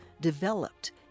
developed